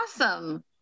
awesome